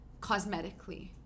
cosmetically